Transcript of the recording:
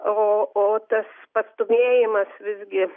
o o tas pastūmėjimas visgi